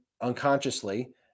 unconsciously